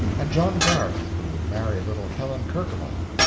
and john garth, who would marry little helen kercheval,